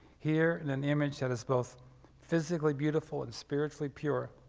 here in an image that is both physically beautiful and spiritually pure,